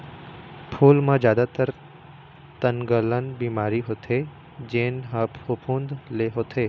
फूल म जादातर तनगलन बिमारी होथे जेन ह फफूंद ले होथे